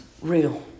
real